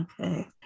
Okay